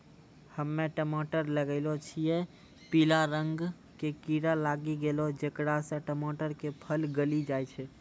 हम्मे टमाटर लगैलो छियै पीला रंग के कीड़ा लागी गैलै जेकरा से टमाटर के फल गली जाय छै?